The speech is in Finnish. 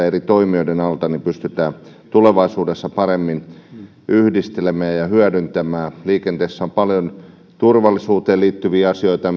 eri toimijoiden alta pystytään tulevaisuudessa paremmin yhdistelemään ja niitä pystytään hyödyntämään liikenteessä on paljon turvallisuuteen liittyviä asioita